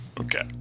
Okay